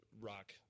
rock